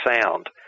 sound